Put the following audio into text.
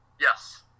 Yes